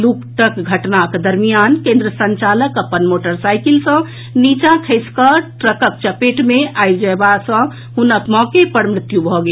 लूटक घटनाक दरमियान केंद्र संचालक अपन मोटरसाईकिल सँ नीचाँ खसि ट्रकक चपेट मे आबि जएबा सँ हुनक मौके पर मृत्यु भऽ गेल